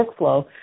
workflow